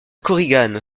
korigane